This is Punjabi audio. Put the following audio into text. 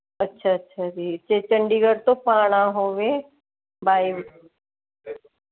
ਅੱਛਾ ਅੱਛਾ ਜੀ ਜੇ ਚੰਡੀਗੜ੍ਹ ਤੋਂ ਆਪਾਂ ਆਉਣਾ ਹੋਵੇ ਬਾਏ